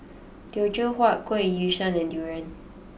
Teochew Huat Kuih Yu Sheng and Durian